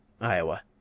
Iowa